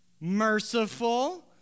merciful